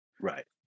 Right